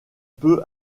peu